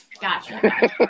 gotcha